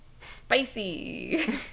Spicy